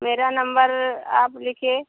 मेरा नम्बर आप लिखिए